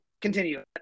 continue